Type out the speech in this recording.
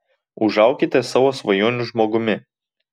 užaukite savo svajonių žmogumi